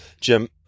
Jim